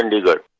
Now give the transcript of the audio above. and is a